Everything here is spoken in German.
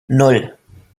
nan